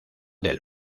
del